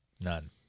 None